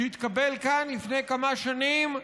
שהתקבל כאן לפני כמה שנים,